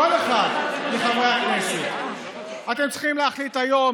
לכל אחד מחברי הכנסת: אתם צריכים להחליט היום,